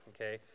okay